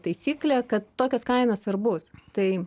taisyklė kad tokios kainos ir bus tai